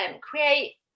create